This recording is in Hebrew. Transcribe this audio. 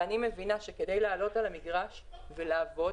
ואני מבינה שכדי לעלות על המגרש ולעבוד